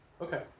Okay